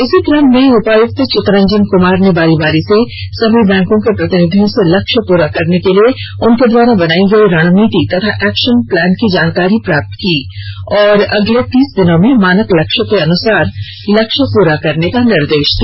इसी क्रम में उपायुक्त चितरंजन कुमार ने बारी बारी से समी बैंकों के प्रतिनिधियों से लक्ष्य को पूर्ण करने के लिए उनके द्वारा बनाई गई रणनीति तथा एक्शन प्लान की जानकारी प्राप्त की एवं अगले तीस दिनों में मानक लक्ष्य के अनुसार लक्ष्य पुरा करने का निर्देश दिया